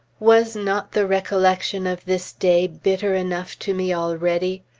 was not the recollection of this day bitter enough to me already?